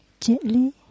gently